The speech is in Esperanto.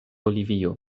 bolivio